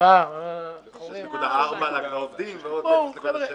7 - 0.4 לעובדים ועוד 0.7 לזה.